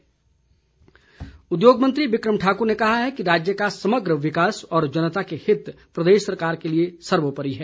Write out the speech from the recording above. बिक्रम ठाकुर उद्योग मंत्री बिक्रम ठाकुर ने कहा है कि राज्य का समग्र विकास और जनता के हित प्रदेश सरकार के लिए सर्वोपरि हैं